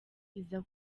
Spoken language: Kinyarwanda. iza